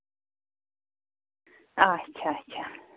آچھا آچھا